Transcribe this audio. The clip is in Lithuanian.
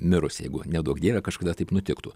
mirusi jeigu neduok dieve kažkada taip nutiktų